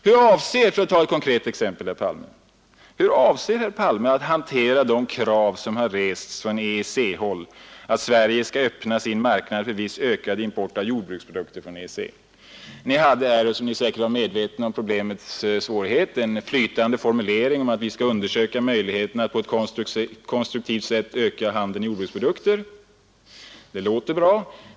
Hur avser herr Palme — för att ta ett konkret exempel — att hantera de krav som rests från EEC-håll att Sverige skall öppna sin marknad för en viss ökad import av jordbruksprodukter från EEC. Ni hade här, eftersom Ni säkerligen är medveten om problemets svårighet, en flytande formulering om att vi skall undersöka möjligheterna att på ett kontruktivt sätt öka handeln med jordbruksprodukter. Det låter bra.